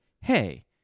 hey